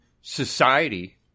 society